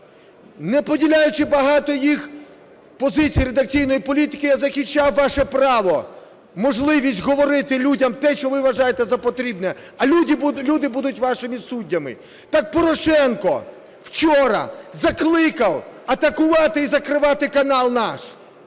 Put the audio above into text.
не поділяючи багато їх позицій редакційної політики, я захищав ваше право, можливість говорити людям те, що ви вважаєте за потрібне. А люди будуть вашими суддями. Так Порошенко вчора закликав атакувати і закривати канал "Наш".